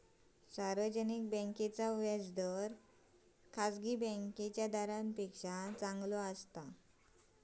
सार्वजनिक बॅन्कांतला व्याज दर खासगी बॅन्कातल्या दरांपेक्षा चांगलो असता